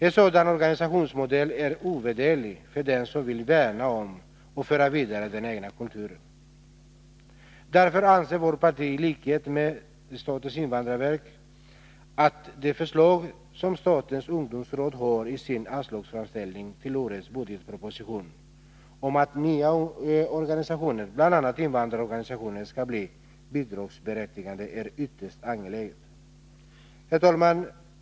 En sådan organisationsmodell är ovärderlig för dem som vill värna om och föra vidare den egna kulturen. Därför anser vårt parti i likhet med statens invandrarverk att det förslag som statens ungdomsråd har i sin anslagsframställning till årets budgetproposition om att nya organisationer, bl.a. invandrarorganisationer, skall bli bidragsberättigade, är ytterst angeläget. Herr talman!